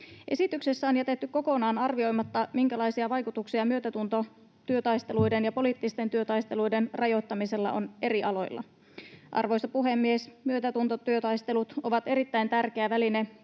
Esityksessä on jätetty kokonaan arvioimatta, minkälaisia vaikutuksia myötätuntotyötaisteluiden ja poliittisten työtaisteluiden rajoittamisella on eri aloilla. Arvoisa puhemies! Myötätuntotyötaistelut ovat erittäin tärkeä väline